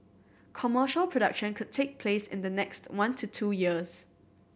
commercial production could take place in the next one to two years